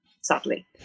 sadly